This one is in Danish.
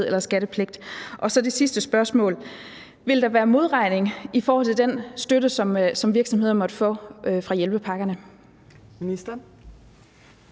eller skattepligt? Og så det sidste spørgsmål: Vil der være modregning i forhold til den støtte, som virksomhederne måtte få fra hjælpepakkerne?